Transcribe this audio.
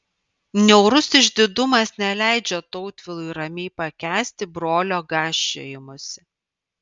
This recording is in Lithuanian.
niaurus išdidumas neleidžia tautvilui ramiai pakęsti brolio gąsčiojimosi